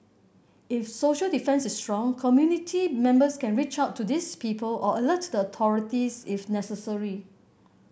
if social defence is strong community members can reach out to these people or alert the authorities if necessary